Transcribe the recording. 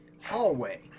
hallway